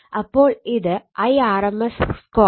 അപ്പോൾ ഇത് I r m s2 R